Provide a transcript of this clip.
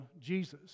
Jesus